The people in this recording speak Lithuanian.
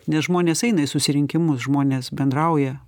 nes žmonės eina į susirinkimus žmonės bendrauja